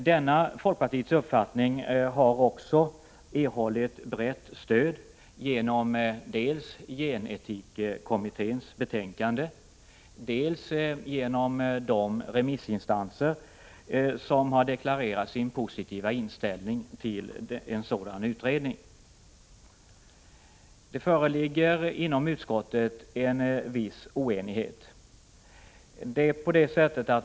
Denna folkpartiets uppfattning har också fått brett stöd dels i gen-etikkommitténs betänkande, dels av de remissinstanser som har deklarerat sin positiva inställning till en sådan utredning. Det föreligger en viss oenighet inom utskottet.